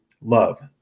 love